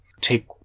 take